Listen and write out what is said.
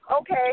okay